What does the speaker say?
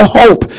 hope